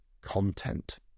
content